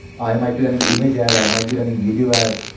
i might be running image, ah and i might be running video ads.